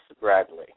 Bradley